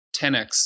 10x